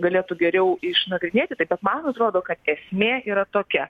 galėtų geriau išnagrinėti tai bet man atrodo kad esmė yra tokia